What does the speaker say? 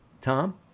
tom